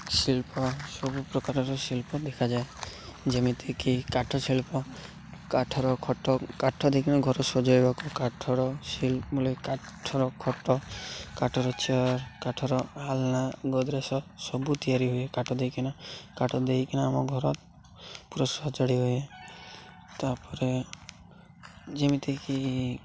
ଶିଳ୍ପ ସବୁ ପ୍ରକାରର ଶିଳ୍ପ ଦେଖାଯାଏ ଯେମିତିକି କାଠ ଶିଳ୍ପ କାଠର ଖଟ କାଠ ଦେଇକିନା ଘର ସଜାଇବାକୁ କାଠର ବୋଳେ କାଠର ଖଟ କାଠର ଚେୟାର୍ କାଠର ଆଲନା ସବୁ ତିଆରି ହୁଏ କାଠ ଦେଇକିନା କାଠ ଦେଇକିନା ଆମ ଘର ପୁରା ସଜାଡ଼ି ହୁଏ ତା'ପରେ ଯେମିତିକି